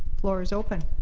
floor is open.